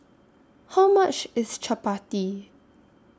How much IS Chappati